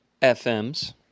FM's